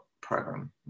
program